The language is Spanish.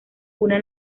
una